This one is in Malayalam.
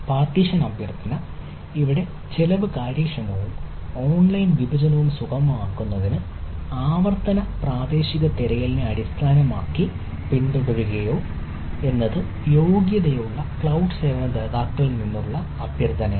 പാർട്ടീഷൻ അഭ്യർത്ഥന ഇവിടെ ചെലവ് കാര്യക്ഷമവും ഓൺലൈൻ വിഭജനവും സുഗമമാക്കുന്നതിന് ആവർത്തന പ്രാദേശിക തിരയലിനെ അടിസ്ഥാനമാക്കി പിന്തുടരുകയാണോ എന്നത് യോഗ്യതയുള്ള ക്ലൌഡ് സേവന ദാതാക്കളിൽ നിന്നുള്ള അഭ്യർത്ഥനയാണ്